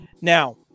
Now